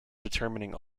determining